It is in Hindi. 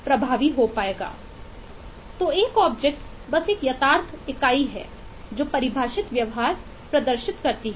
तो एक ऑब्जेक्ट बस एक यथार्थ इकाई है जो परिभाषित व्यवहार प्रदर्शित करती है